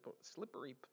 slippery